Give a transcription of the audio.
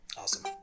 awesome